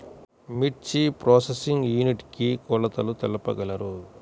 మిర్చి processing unit కి కొలతలు తెలుపగలరు?